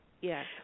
yes